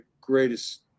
greatest